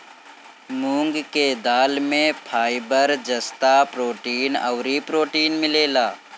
मूंग के दाल में फाइबर, जस्ता, प्रोटीन अउरी प्रोटीन मिलेला